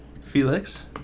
Felix